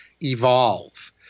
evolve